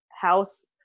house